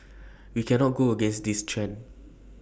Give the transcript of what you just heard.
we cannot go against this trend